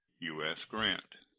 u s. grant.